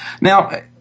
Now